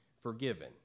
forgiven